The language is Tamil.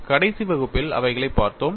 கடைசி வகுப்பில் அவைகளைப் பார்த்தோம்